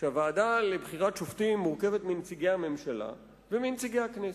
שהוועדה לבחירת שופטים מורכבת מנציגי הממשלה ומנציגי הכנסת.